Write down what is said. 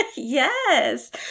Yes